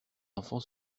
enfants